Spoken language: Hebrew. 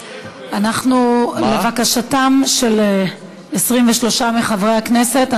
לבקשתם של 23 מחברי הכנסת,